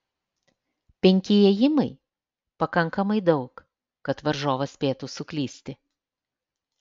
penki ėjimai pakankamai daug kad varžovas spėtų suklysti